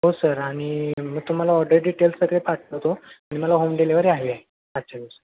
हो सर आणि मग तुम्हाला ऑर्डर डिटेल्स सगळे पाठवतो आणि मला होम डिलेवरी हवी आहे आजच्या दिवस